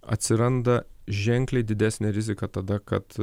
atsiranda ženkliai didesnė rizika tada kad